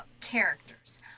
characters